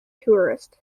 tourists